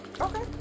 Okay